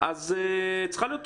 אז צריכה להיות תוכנית.